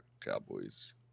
Cowboys